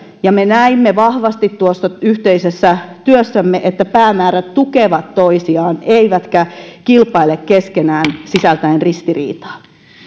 ja me näimme vahvasti tuossa yhteisessä työssämme että päämäärät tukevat toisiaan eivätkä kilpaile keskenään sisältäen ristiriitaa